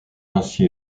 ainsi